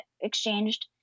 exchanged